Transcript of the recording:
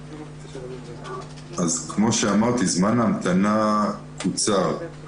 זמן ההמתנה קוצר.